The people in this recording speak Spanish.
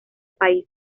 país